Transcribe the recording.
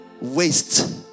waste